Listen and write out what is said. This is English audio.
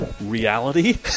reality